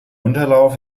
unterlauf